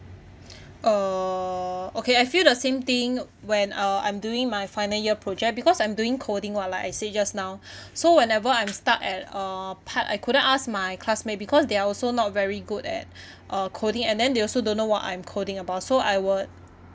uh okay I feel the same thing when uh I'm doing my final year project because I'm doing coding [what] like I say just now so whenever I'm stuck at a part I couldn't ask my classmate because they are also not very good at uh coding and then they also don't know what I'm coding about so I would